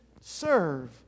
serve